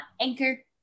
anchor